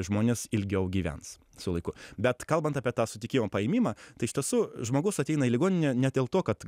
žmonės ilgiau gyvens su laiku bet kalbant apie tą sutikimą paėmimą tai iš tiesų žmogus ateina į ligoninę ne dėl to kad